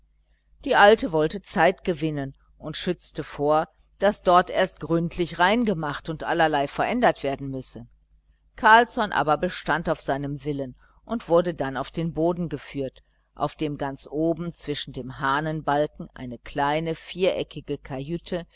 die alte wollte zeit gewinnen und schützte vor daß dort erst gründlich reingemacht und allerlei verändert werden müsse carlsson aber bestand auf seinem willen und wurde dann auf den boden geführt auf dem ganz oben zwischen den hahnenbalken eine kleine viereckige kajüte